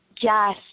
Yes